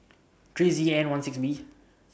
three Z N one six B